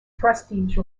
prestige